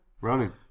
running